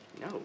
No